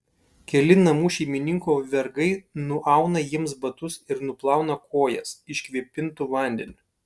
keli namų šeimininko vergai nuauna jiems batus ir nuplauna kojas iškvėpintu vandeniu